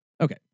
Okay